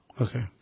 okay